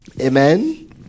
Amen